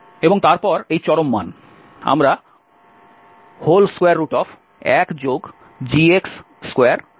এবং তারপর এই চরম মান আমরা 1gx2gy2 পেতে পারি